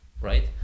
Right